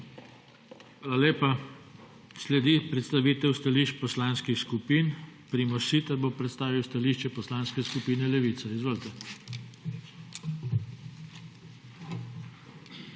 Hvala lepa. Sledi predstavitev stališč poslanskih skupin. Primož Siter bo predstavil stališče Poslanske skupine Levica. Izvolite.